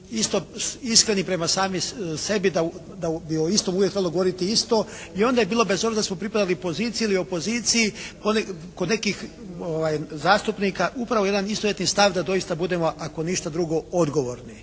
isto iskreni prema sami sebi da bi o istom uvijek trebalo govoriti isto. I onda je bilo bez obzira da li smo pripadali poziciji ili opoziciji kod nekih zastupnika upravo jedan istovjetni stav da doista budemo ako ništa drugo odgovorni.